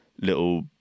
little